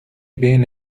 بین